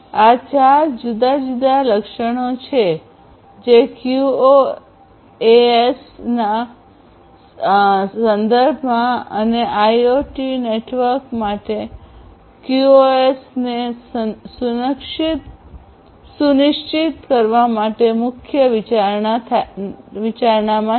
આ 4 જુદા જુદા લક્ષણો છે જે ક્યુઓએસના સંદર્ભમાં અને આઇઓટી નેટવર્ક માટે ક્યુઓએસને સુનિશ્ચિત કરવા માટે મુખ્ય વિચારણાના છે